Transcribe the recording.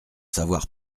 savoir